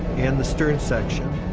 and the stern section